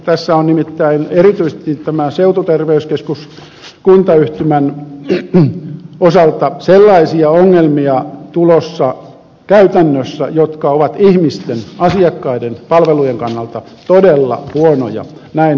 tässä on nimittäin erityisesti tämän seututerveyskeskuskuntayhtymän osalta sellaisia ongelmia tulossa käytännössä jotka ovat ihmisten asiakkaiden palvelujen kannalta todella huonoja näin ennustan